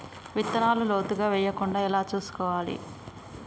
విత్తనాలు లోతుగా వెయ్యకుండా ఎలా చూసుకోవాలి?